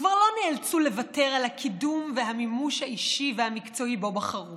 כבר לא נאלצו לוותר על הקידום והמימוש האישי והמקצועי שבו בחרו